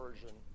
version